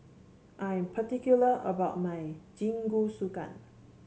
I am particular about my Jingisukan